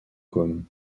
côme